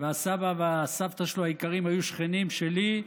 והסבא והסבתא שלו היקרים היו שכנים שלי,